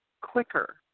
quicker